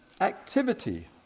activity